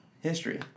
history